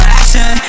action